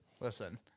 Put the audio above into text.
Listen